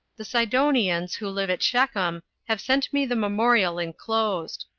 the sidonians, who live at shechem, have sent me the memorial enclosed.